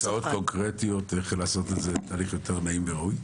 יש לכם הצעות קונקרטיות איך לעשות את זה תהליך יותר נעים וראוי?